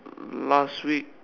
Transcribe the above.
um last week